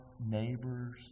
neighbors